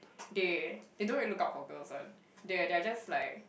they they don't really look out for girls one they they are just like